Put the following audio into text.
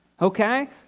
okay